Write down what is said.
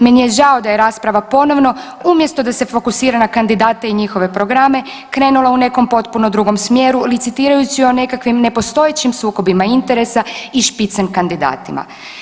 Meni je žao da je rasprava ponovno, umjesto da se fokusira na kandidate i njihove programe, krenula u nekom potpuno drugom smjeru, licitirajući o nekakvim nepostojećim sukobima interesa i špicen kandidatima.